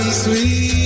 Sweet